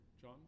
John